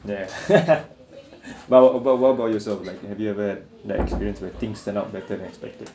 but but what about yourself like have you ever had that experience with things turn out better than expected